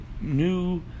new